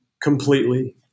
completely